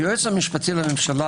היועץ המשפטי לממשלה,